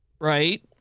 Right